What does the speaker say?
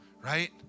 right